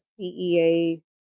CEA